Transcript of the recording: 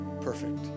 Perfect